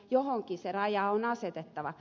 johonkin se raja on asetettava